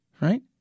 right